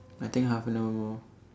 I think half an hour more